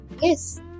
Yes